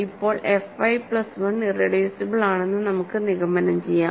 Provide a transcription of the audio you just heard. ഇപ്പോൾf y plus 1 irreducible ആണെന്ന് നമുക്ക് നിഗമനം ചെയ്യാം